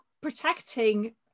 protecting